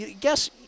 guess